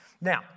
Now